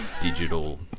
digital